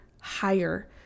higher